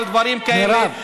על דברים כאלה,